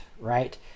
right